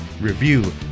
review